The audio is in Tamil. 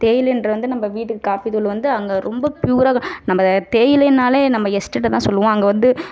தேயிலைன்றது வந்து நம்ம வீட்டுக்கு காப்பி தூள் வந்து அங்கே ரொம்ப பியூராக நம்ப தேயிலைனாலே நம்ம எஸ்டேட்டை தான் சொல்லுவோம் அங்கே வந்து